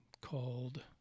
called